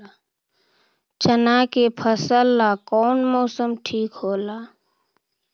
चाना के फसल ला कौन मौसम ठीक होला?